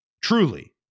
Truly